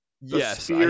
Yes